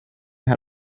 had